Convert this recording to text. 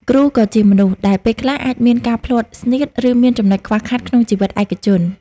គ្រូក៏ជាមនុស្ស ដែលពេលខ្លះអាចមានការភ្លាត់ស្នៀត ឬមានចំណុចខ្វះខាតក្នុងជីវិតឯកជន។